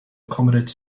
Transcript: accommodate